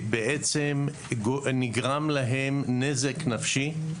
נגרם להם נזק נפשי,